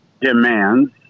demands